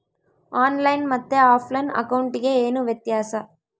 On line ಮತ್ತೆ offline ಅಕೌಂಟಿಗೆ ಏನು ವ್ಯತ್ಯಾಸ?